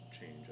change